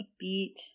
beat